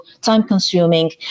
time-consuming